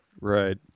Right